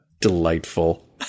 Delightful